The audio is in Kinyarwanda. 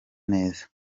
neza